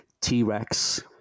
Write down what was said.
T-Rex